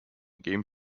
game